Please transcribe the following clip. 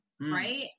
Right